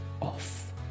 off